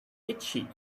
itchy